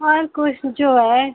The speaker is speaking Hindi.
और कुछ जो है